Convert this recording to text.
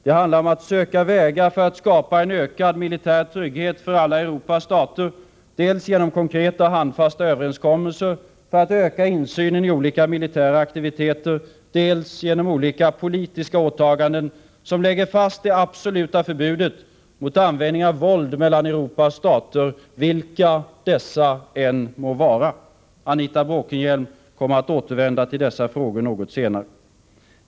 Det handlar om att söka vägar för att skapa en ökad militär trygghet för alla Europas stater, dels genom konkreta och handfasta överenskommelser för att öka insynen i olika er fast det militära aktiviteter, dels genom olika politiska åtaganden som I absoluta förbudet mot användning av våld mellan Europas stater, vilka dessa än vara månde. Anita Bråkenhielm kommer att återvända till dessa frågor något senare.